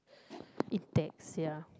index ya